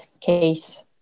case